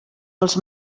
els